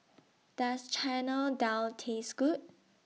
Does Chana Dal Taste Good